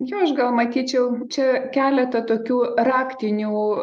jo aš gal matyčiau čia keletą tokių raktinių